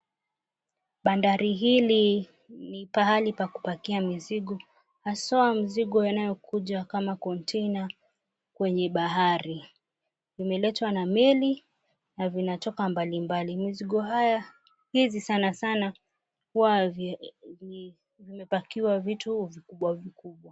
Bandari hili ni pahali pa kupakia mizigo haswa mzigo yanayokuja kama container kwenye bahari. Vimeletwa na meli na vinatoka mbali mbali. Mizigo hizi sanasana huwa vimepakiwa vitu vikubwa vikubwa.